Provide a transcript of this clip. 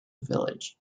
village